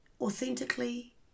authentically